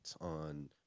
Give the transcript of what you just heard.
on